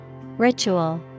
Ritual